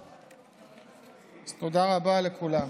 אז תודה רבה לכולם.